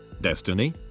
Destiny